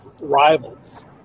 rivals